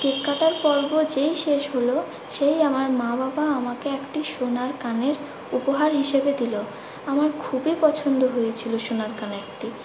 cake কাটার পর্ব যেই শেষ হলো সেই আমার মা বাবা আমাকে একটি সোনার কানের উপহার হিসেবে দিলো আমার খুবই পছন্দ হয়েছিলো সোনার কানেরটি